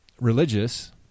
religious